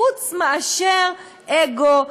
חוץ מאשר אגו,